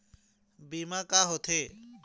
बीमा का होते?